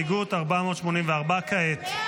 הסתייגות 484 לא